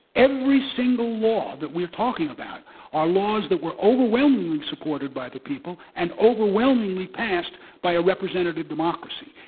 every single law that we're talking about are laws that were overwhelmingly supported by the people and overwhelmingly passed by a representative democracy.